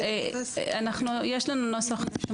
יש לנו נוסח.